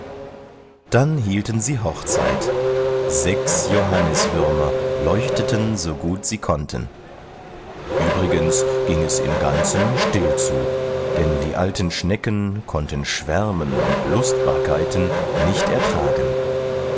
dann hielten sie hochzeit sechs johanniswürmer leuchteten so gut sie konnten übrigens ging es im ganzen still zu denn die alten schnecken konnten schwärmen und lustbarkeiten nicht ertragen